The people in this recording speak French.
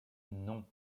non